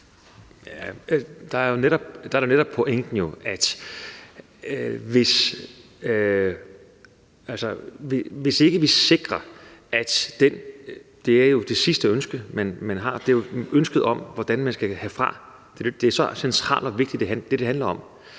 Der er pointen jo netop, at hvis ikke vi sikrer det, er det helt uholdbart. Det er jo det sidste ønske, man har, det er ønsket om, hvordan man skal herfra. Det er så centralt og vigtigt, og det er